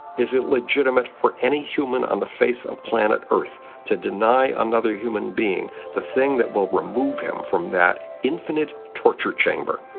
is it legitimate for any human on the face of planet earth to deny another human the thing that will remove him from that infinite torture chamber?